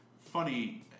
funny